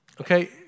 Okay